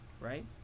right